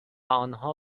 آنها